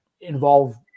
involve